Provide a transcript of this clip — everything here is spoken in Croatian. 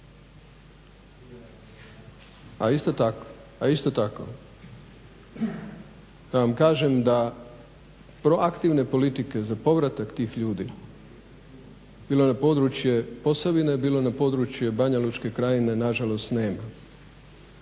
a isto tako da vam kažem da proaktivne politike za povratak tih ljudi bilo na područje Posavine bilo na područje Banjalučke krajine nažalost nema.